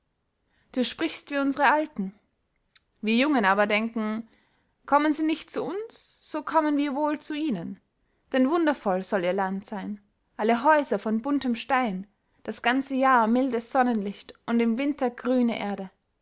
du sprichst wie unsre alten wir jungen aber denken kommen sie nicht zu uns so kommen wir wohl zu ihnen denn wundervoll soll ihr land sein alle häuser von buntem stein das ganze jahr mildes sonnenlicht und im winter grüne erde